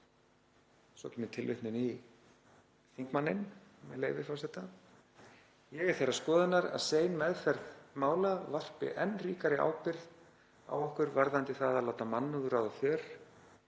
Svo kemur tilvitnun í þingmanninn, með leyfi forseta: „„Ég er þeirrar skoðunar að sein meðferð mála varpi enn ríkari ábyrgð á okkur varðandi það að láta mannúð ráða